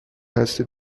هستید